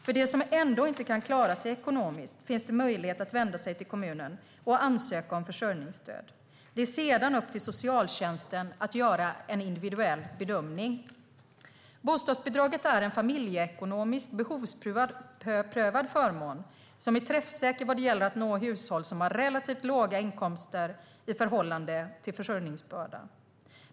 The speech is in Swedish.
För de som ändå inte kan klara sig ekonomiskt finns det möjlighet att vända sig till kommunen och ansöka om försörjningsstöd. Det är sedan upp till socialtjänsten att göra en individuell bedömning. Bostadsbidraget är en familjeekonomisk behovsprövad förmån som är träffsäker vad det gäller att nå hushåll som har relativ låga inkomster i förhållande till försörjningsbörda.